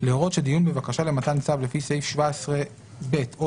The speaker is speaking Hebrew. להורות שדיון בבקשה למתן צו לפי סעיף 17ב או